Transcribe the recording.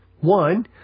one